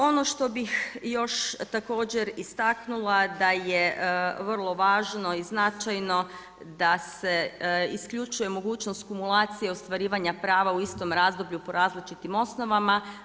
Ono što bih još također istaknula da je vrlo važno i značajno da se isključuje mogućnost kumulacije ostvarivanja prava u istom razdoblju po različitim osnovama.